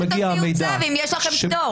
שמגיע המידע --- למה שתוציאו צו אם יש לכם פטור.